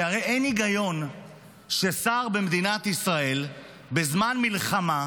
כי הרי אין היגיון ששר במדינת ישראל יהיה בחו"ל בזמן מלחמה,